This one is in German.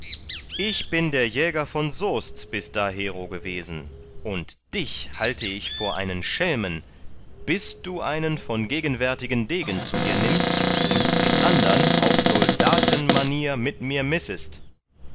ich bin der jäger von soest bis dahero gewesen und dich halte ich vor einen schelmen bis du einen von gegenwärtigen degen zu dir nimmst und den andern auf soldatenmanier mit mir